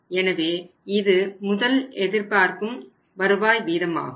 எனவே இது முதல் எதிர்பார்க்கும் வருவாய் வீதமாகும்